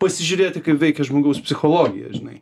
pasižiūrėti kaip veikia žmogaus psichologija žinai